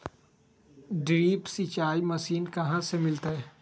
Drip सिंचाई machine कहाँ से मिलतै?